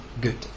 good